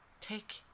Take